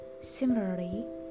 Similarly